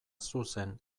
zuzen